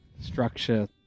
structure